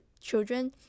children